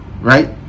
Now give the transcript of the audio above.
right